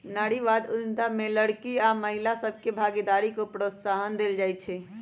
नारीवाद उद्यमिता में लइरकि आऽ महिला सभके भागीदारी को प्रोत्साहन देल जाइ छइ